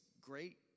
great